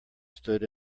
stood